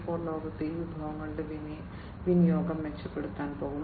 0 ലോകത്ത് ഈ വിഭവങ്ങളുടെ വിനിയോഗം മെച്ചപ്പെടുത്താൻ പോകുന്നു